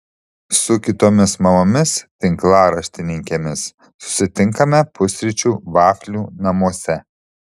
su kitomis mamomis tinklaraštininkėmis susitinkame pusryčių vaflių namuose